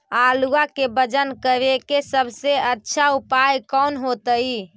आलुआ के वजन करेके सबसे अच्छा उपाय कौन होतई?